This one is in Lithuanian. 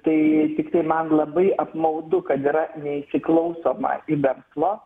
tai tiktai man labai apmaudu kad yra neįsiklausoma į verslo